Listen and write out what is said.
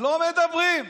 לא מדברים.